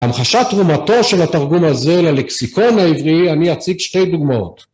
להמחשת תרומתו של התרגום הזה ללקסיקון העברי אני אציג שתי דוגמאות.